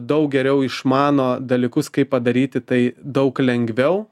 daug geriau išmano dalykus kaip padaryti tai daug lengviau